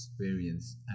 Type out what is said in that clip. experience